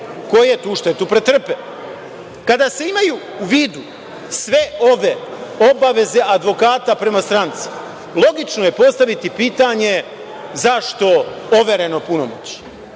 koje tu štetu pretrpe. Kada se imaju u vidu sve ove obaveze advokata prema stranci logično je postaviti pitanje – zašto overeno punomoćje?